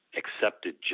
accepted